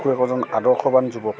একো একোজন আদৰ্শৱান যুৱক